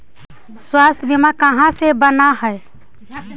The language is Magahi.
स्वास्थ्य बीमा कहा से बना है?